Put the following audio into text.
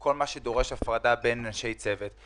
כל מה שדורש הפרדה בין אנשי צוות.